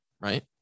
right